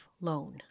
loan